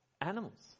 animals